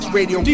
Radio